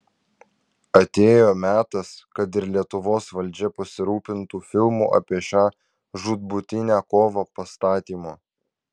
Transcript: atėjo metas kad ir lietuvos valdžia pasirūpintų filmų apie šią žūtbūtinę kovą pastatymu